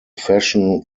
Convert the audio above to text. fashion